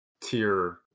tier